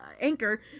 anchor